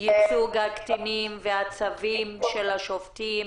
ייצוג הקטינים והצווים של השופטים?